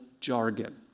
jargon